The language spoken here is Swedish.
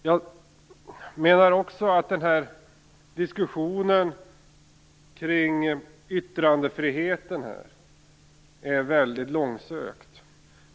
Jag menar också att diskussionen kring yttrandefriheten är mycket långsökt.